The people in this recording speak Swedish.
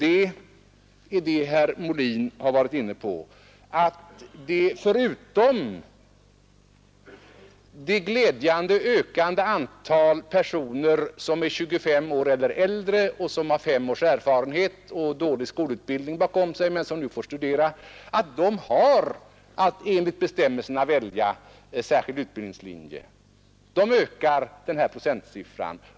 Det är vidare ett faktum att det glädjande nog ökande antalet universitetsstuderande som är 25 år eller äldre och som har fem års erfarenhet och dålig skolutbildning bakom sig enligt bestämmelserna har att välja särskild utbildningslinje. Det ökar procentsiffran.